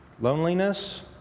loneliness